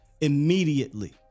Immediately